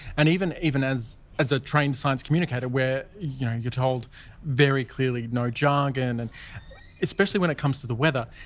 and even even as much as a trained science communicator, where you know you're told very clearly no jargon and especially when it comes to the weather,